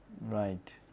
Right